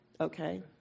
Okay